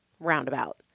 roundabout